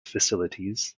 facilities